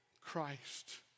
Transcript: Christ